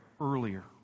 earlier